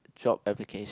job application